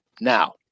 now